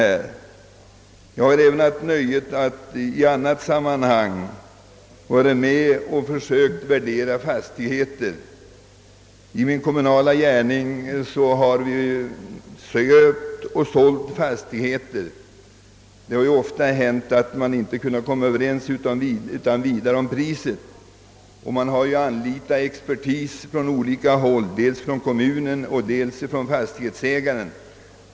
Även i annat sammanhang, nämligen i min kommunala gärning, har jag varit med om att värdera fastigheter. Då vi har köpt eller sålt fastigheter har det ofta hänt att man inte utan vidare blivit överens om priset, utan att experter från olika håll anlitats av både kommunen och fastighetsägarna.